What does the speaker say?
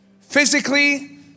physically